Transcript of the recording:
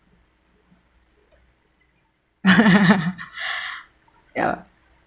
ya